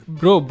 bro